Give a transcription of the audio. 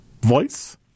Voice